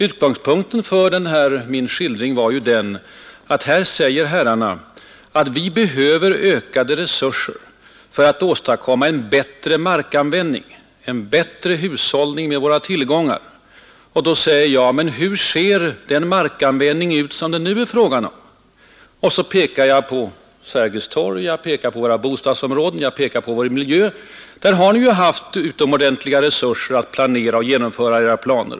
Utgångspunkten för min skildring var ju att herrarna säger att samhället behöver ökade resurser för att åstadkomma en ”bättre markanvändning”, en ”bättre hushållning” med våra tillgångar. Då säger jag: Men hur ser den markanvändning ut som vi redan nu planerat för? Så pekar jag på Sergels torg, på våra bostadsområden, på vår miljö. Ni har ju redan haft utomordentliga resurser att planera och genomföra era planer.